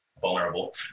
vulnerable